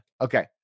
Okay